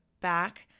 back